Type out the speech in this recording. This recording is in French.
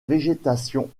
végétation